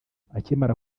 akimara